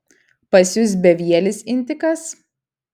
pas jus bevielis intikas